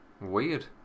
Weird